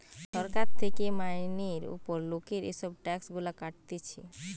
সরকার থেকে মাইনের উপর লোকের এসব ট্যাক্স গুলা কাটতিছে